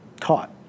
taught